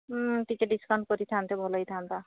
ହୁଁ ଟିକେ ଡିସକାଉଣ୍ଟ କରିଥାନ୍ତେ ଭଲ ହୋଇଥାନ୍ତା